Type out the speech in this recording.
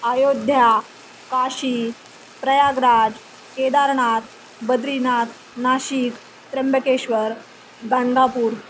Ayodhya Kashi Prayagraj Kedarnath Badrinath Nashik Trimbakeshwar Ganagapur